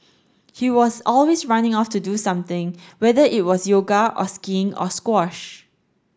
he was always running off to do something whether it was yoga or skiing or squash